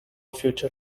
future